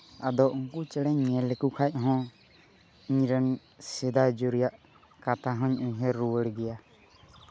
ᱟᱫᱚ ᱩᱱᱠᱩ ᱪᱮᱬᱮᱧ ᱞᱮᱠᱚ ᱠᱷᱟᱱ ᱦᱚᱸ ᱤᱧ ᱨᱮᱱ ᱥᱮᱫᱟᱭ ᱡᱩᱨᱤᱭᱟᱜ ᱠᱟᱛᱷᱟ ᱦᱚᱸᱧ ᱩᱭᱦᱟᱹᱨ ᱨᱩᱣᱟᱹᱲ ᱜᱮᱭᱟ